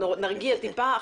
נרגיע טיפה.